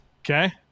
Okay